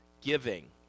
giving